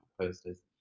posters